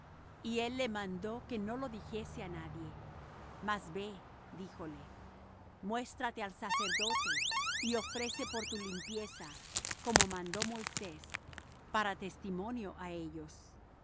y él le mandó que no lo dijese á nadie mas ve díjole muéstrate al sacerdote y ofrece por tu limpieza como mandó moisés para testimonio á ellos